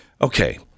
Okay